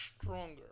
stronger